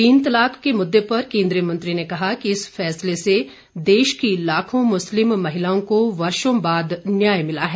तीन तलाक के मुद्दे पर केन्द्रीय मंत्री ने कहा कि इस फैसले से देश की लाखों मुस्लिम महिलाओं को वर्षों बाद न्याय मिला है